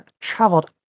traveled